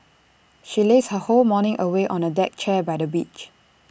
she lazed her whole morning away on A deck chair by the beach